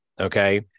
Okay